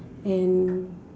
and